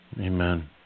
Amen